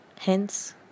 Hence